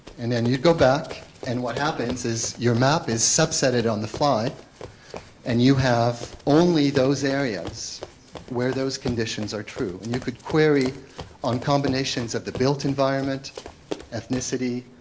and then you would go back and what happens is your map is sub-setted on the fly and you have only those areas where those conditions are true and you could query on combinations of the built environment ethnicity,